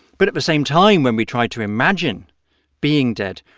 but at the same time, when we try to imagine being dead,